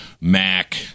Mac